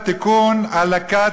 תרגום.